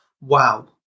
wow